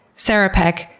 sarah peck,